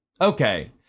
Okay